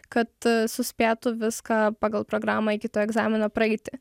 kad suspėtų viską pagal programą iki to egzamino praeitį